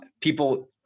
people